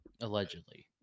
Allegedly